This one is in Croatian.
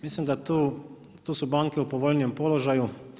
Mislim da tu, tu su banke u povoljnijem položaju.